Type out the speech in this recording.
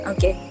Okay